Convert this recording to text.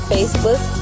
Facebook